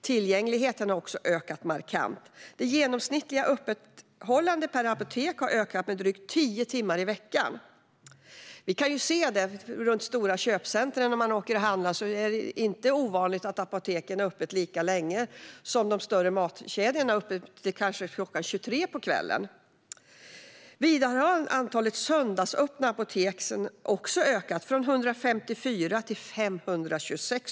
Tillgängligheten har också ökat markant - det genomsnittliga öppethållandet per apotek har ökat med drygt tio timmar i veckan. Vi kan ju se att det runt stora köpcentrum dit man åker och handlar inte är ovanligt att apoteken har öppet lika länge som de större matkedjorna, det vill säga till kanske klockan elva på kvällen. Vidare har antalet söndagsöppna apotek ökat, från 154 till 526.